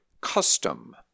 custom